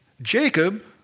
Jacob